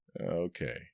Okay